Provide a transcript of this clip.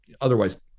otherwise